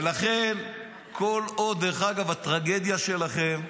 ולכן כל עוד, דרך אגב, אני מאמין שהטרגדיה שלכם,